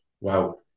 Wow